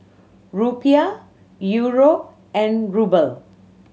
Rupiah Euro and Ruble